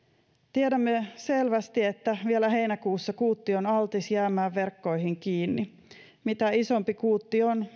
tiedämme selvästi että vielä heinäkuussa kuutti on altis jäämään verkkoihin kiinni mitä isompi kuutti on